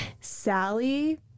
Sally